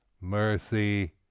mercy